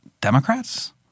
Democrats